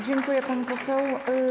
Dziękuję, pani poseł.